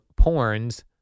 porns